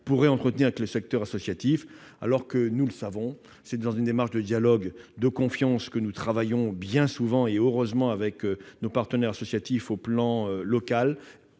pourraient entretenir avec le secteur associatif. Or, nous le savons, c'est dans une démarche de dialogue et de confiance que nous travaillons bien souvent et, heureusement, avec nos partenaires associatifs au niveau local.